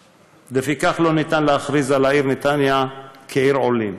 לפיכך, לא ניתן להכריז על העיר נתניה כעיר עולים.